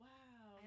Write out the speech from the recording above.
Wow